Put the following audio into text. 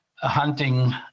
hunting